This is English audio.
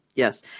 Yes